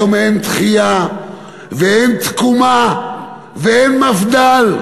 היום אין תחייה ואין תקומה ואין מפד"ל.